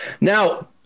Now